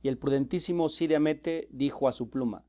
y el prudentísimo cide hamete dijo a su pluma